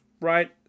right